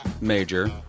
major